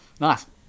nice